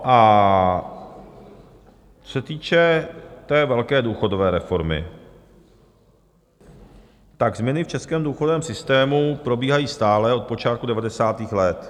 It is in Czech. A co se týče té velké důchodové reformy, tak změny v českém důchodovém systému probíhají stále od počátku devadesátých let.